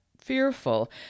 fearful